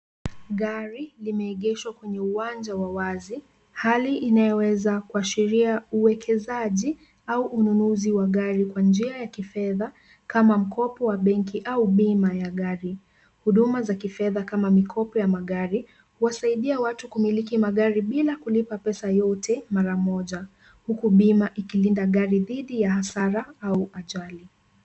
Gari limeegeshwa kwenye uwanja wa wazi ,hali inayoweza kuashiria uwekezaji au ununuzi wa gari kwa njia ya kifedha kama mkopo wa benki au bima ya gari. Huduma za kifedha kama mkopo ya magari huwasaidia watu kumiliki magari bila kulipa pesa yote mara moja. Huku bima ikilinda gari dhidi ya hasara au ajali.